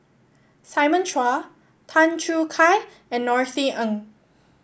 Simon Chua Tan Choo Kai and Norothy Ng